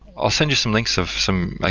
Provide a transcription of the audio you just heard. i'll send you some links of some, i